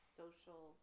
social